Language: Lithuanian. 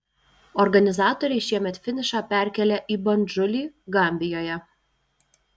organizatoriai šiemet finišą perkėlė į bandžulį gambijoje